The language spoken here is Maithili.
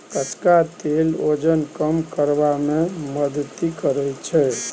कचका तेल ओजन कम करबा मे मदति करैत छै